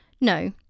No